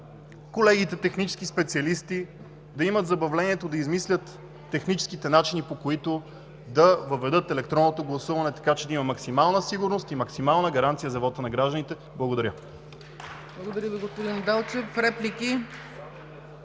колегите технически специалисти да имат забавлението да измислят техническите начини, по които да въведат електронното гласуване, така че да има максимална сигурност и максимална гаранция за вота на гражданите. Благодаря.